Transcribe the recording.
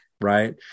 right